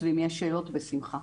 ואם יש שאלות, בשמחה.